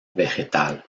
vegetal